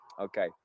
okay